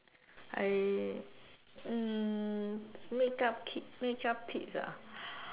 I mm makeup tips makeup tips ah